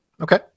Okay